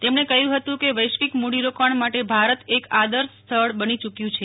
તેમણે કહ્યું હતું કે વૈશ્વિક મૂડીરોકાણ માટે ભારત એક આદર્શ સ્થળ બની યૂકવું છે